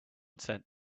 content